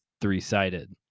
three-sided